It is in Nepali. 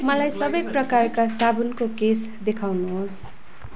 मलाई सबै प्रकारका साबुनको केस देखाउनुहोस्